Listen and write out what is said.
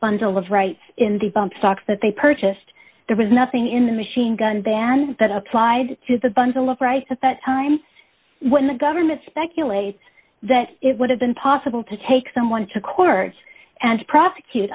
bundle of rights in the bump socks that they purchased there was nothing in the machine gun ban that applied to the bundle of rice at that time when the government speculates that it would have been possible to take someone to court and prosecute